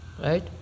Right